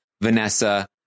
Vanessa